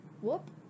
Whoop